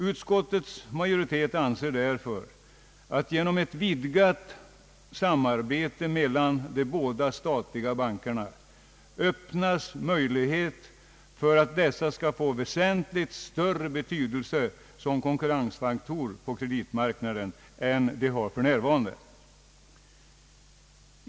Utskottets majoritet anser att genom ett vidgat samarbete mellan de båda statliga bankerna öppnas möjlighet för dessa att få väsentligt större betydelse som konkurrensfaktor på kreditmarknaden än de har för närvarande.